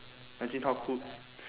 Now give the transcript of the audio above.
engine